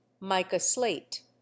mica-slate